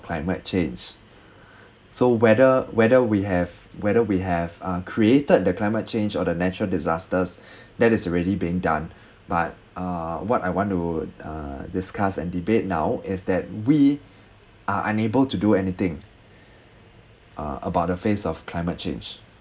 climate change so whether whether we have whether we have uh created the climate change or the natural disasters that is already being done but uh what I want to uh discuss and debate now is that we are unable to do anything uh about the face of climate change